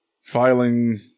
filing